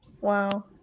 Wow